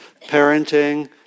Parenting